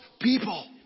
people